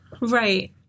Right